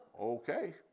Okay